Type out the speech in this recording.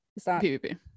PvP